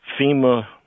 FEMA